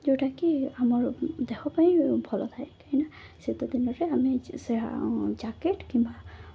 ଯେଉଁଟାକି ଆମର ଦେହ ପାଇଁ ଭଲ ଥାଏ କାହିଁକିନା ଶୀତ ଦିନରେ ଆମେ ସେହା ଜ୍ୟାକେଟ୍ କିମ୍ବା